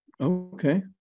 Okay